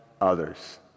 others